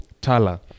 Tala